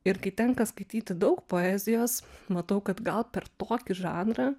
ir kai tenka skaityti daug poezijos matau kad gal per tokį žanrą